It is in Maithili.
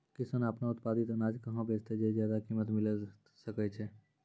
किसान आपनो उत्पादित अनाज कहाँ बेचतै जे ज्यादा कीमत मिलैल सकै छै?